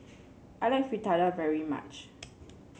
I like Fritada very much